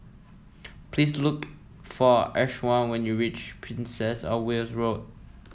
please look for Ishaan when you reach Princess Of Wales Road